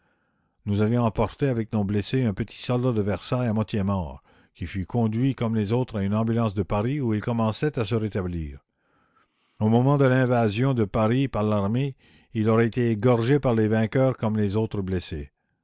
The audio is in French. nous avions emporté avec nos blessés un petit soldat de versailles à moitié mort qui fut conduit comme les autres à une ambulance de paris où il commençait à se rétablir au moment de l'invasion de paris par l'armée il aura été égorgé par les vainqueurs comme les autres blessés